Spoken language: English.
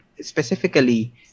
specifically